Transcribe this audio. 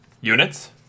Units